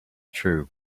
true